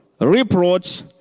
reproach